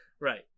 Right